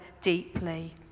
deeply